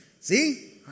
See